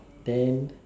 then